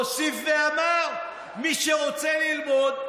הוא הוסיף ואמר: מי שרוצה ללמוד,